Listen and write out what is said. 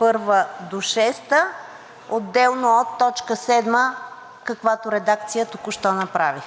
1 до 6 отделно от т. 7, каквато редакция току-що направих.